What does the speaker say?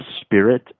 Spirit